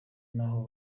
n’aho